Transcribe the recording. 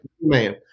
man